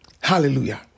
Hallelujah